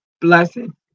blessing